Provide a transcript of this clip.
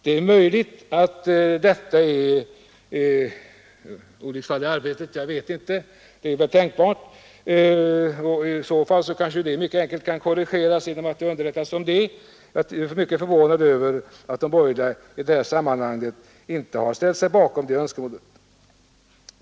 Det är möjligt att detta är ett olycksfall i arbetet och att det i så fall kanske enkelt kan korrigeras genom att vi underrättas om det. Jag är förvånad över att de borgerliga inte har ställt sig bakom det önskemålet.